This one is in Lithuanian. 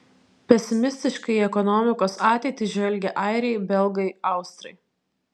pesimistiškai į ekonomikos ateitį žvelgia airiai belgai austrai